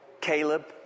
Caleb